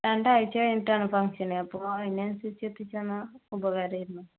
രണ്ടാഴ്ച കഴിഞ്ഞിട്ടാണ് ഫങ്ഷന് അപ്പോൾ അതിനനുസരിച്ച് എത്തിച്ചുതന്നാൽ ഉപകാരമായിരുന്നു